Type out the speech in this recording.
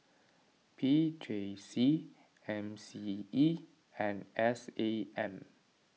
P J C M C E and S A M